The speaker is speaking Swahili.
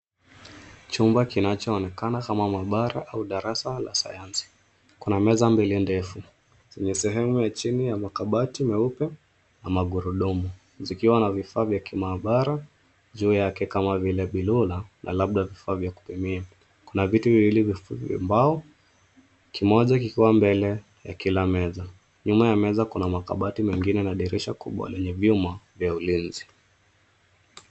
Chumba kinachoonekana kama maabara au darasa la sayansi. Kuna meza mbili ndefu mbili ndefu zenye sehemu ya chini ya makabati meupe na magurudumu. Zikiwa na vifaa vya kimaabara, juu yake kama vile bilula na labda vifaa vya kupimia. Kuna viti viwili vya mbao, kimoja kikiwa mbele ya kila meza. Nyuma ya meza kuna makabati mengine na dirisha kubwa lenye vyuma vya ulinzi.